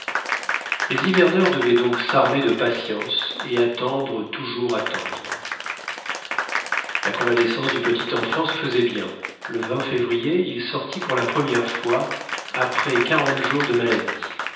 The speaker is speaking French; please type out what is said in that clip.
les hiverneurs devaient donc s'armer de patience et attendre toujours attendre la convalescence du petit enfant se faisait bien le février il sortit pour la première fois après quarante jours de maladie